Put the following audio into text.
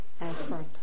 effort